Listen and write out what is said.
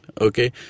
okay